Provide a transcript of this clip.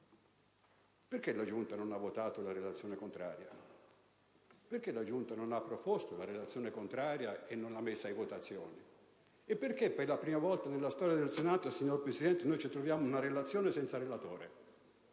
perché la Giunta non ha votato la relazione contraria? Perché la Giunta non ha proposto la relazione contraria e non l'ha messa in votazione? E perché, per la prima volta nella storia del Senato, signor Presidente, noi ci ritroviamo una relazione senza relatore?